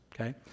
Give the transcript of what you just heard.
okay